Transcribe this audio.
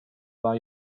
war